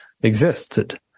existed